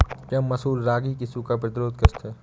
क्या मसूर रागी की सूखा प्रतिरोध किश्त है?